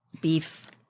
beef